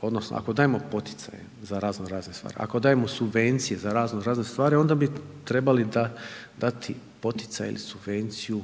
odnosno ako dajemo poticaje za razno razne stvari, ako dajemo subvencije za razno razne stvari onda bi trebali dati poticaj ili subvenciju